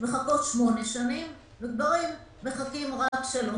מחכות 8 שנים וגברים מחכים רק 3 שנים.